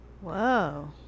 Whoa